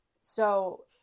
So-